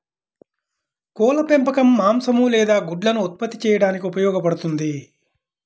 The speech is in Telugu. కోళ్ల పెంపకం మాంసం లేదా గుడ్లను ఉత్పత్తి చేయడానికి ఉపయోగపడుతుంది